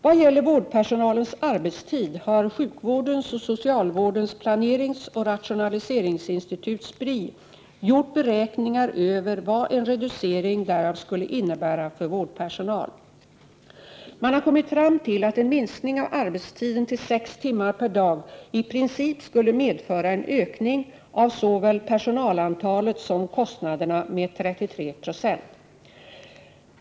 Vad gäller vårdpersonalens arbetstid har sjukvårdens och socialvårdens planeringsoch rationaliseringsinstitut gjort beräkningar över vad en reducering därav skulle innebära för vårdpersonal. Man har kommit fram till att en minskning av arbetstiden till sex timmar per dag i princip skulle medföra en ökning av såväl personalantalet som kostnaderna med 33 96.